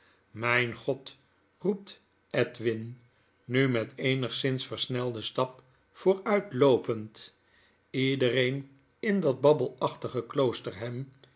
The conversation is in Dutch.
mijn god i roept edwin nu met eenigszins versnelden stap vooruit loopend ledereen in dat babbelachtige kloosterham